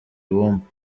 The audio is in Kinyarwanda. ibumba